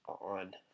on